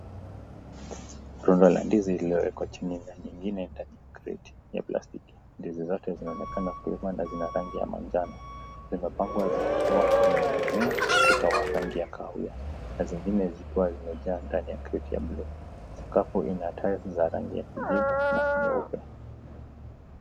Tunaona ndizi ziliwekwa chini na nyingine ndani ya crate ya plastiki. Ndizi zote zinaonekana kuiva na zina rangi ya manjano. Zimepangwa zikiwa zimenyemelea ukuta wa rangi ya kahawia na zingine zikiwa zimejaa ndani ya crate ya blue . Sakafu ina tiles za rangi ya kijivu na nyeupe.